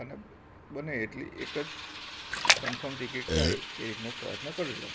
અને બને એટલી એક જ કનફોર્મ ટિકિટ થાય એ રીતનો પ્રયત્ન કરજો